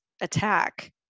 attack